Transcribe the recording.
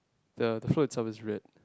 the the float is over red